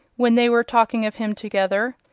when they were talking of him together,